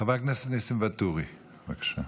חבר הכנסת ניסים ואטורי, בבקשה.